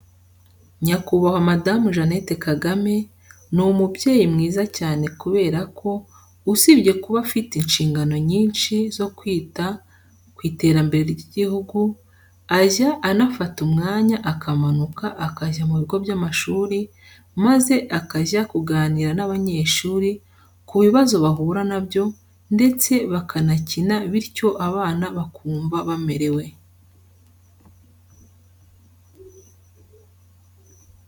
Nyakubahwa Madamu Jeannette Kagame ni umubyeyi mwiza cyane kubera ko usibye kuba aba afite inshingano nyinshi zo kwita ku iterambere ry'igihugu, ajya anafata umwanya akamanuka akajya mu bigo by'amashuri maze akajya kuganira n'abanyeshuri ku bibazo bahura na byo ndetse bakanakina bityo abana bakumva bamerewe.